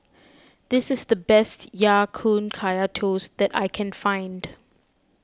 this is the best Ya Kun Kaya Toast that I can find